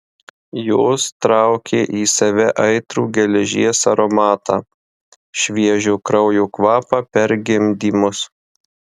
jos traukė į save aitrų geležies aromatą šviežio kraujo kvapą per gimdymus